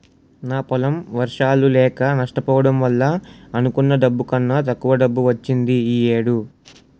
నా పొలం వర్షాలు లేక నష్టపోవడం వల్ల అనుకున్న డబ్బు కన్నా తక్కువ డబ్బు వచ్చింది ఈ ఏడు